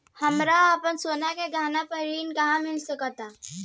हमरा अपन सोने के गहना पर ऋण कहां मिल सकता?